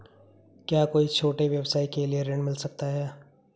क्या कोई छोटे व्यवसाय के लिए ऋण मिल सकता है?